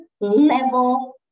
level